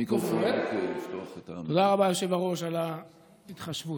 המיקרופון, תודה רבה, היושב-ראש, על ההתחשבות.